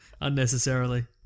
unnecessarily